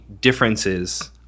differences